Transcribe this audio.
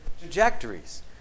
trajectories